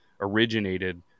originated